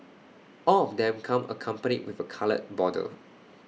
all of them come accompanied with A coloured border